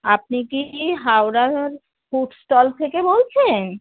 আপনি কি হাওড়ার ফুড স্টল থেকে বলছেন